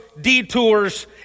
detours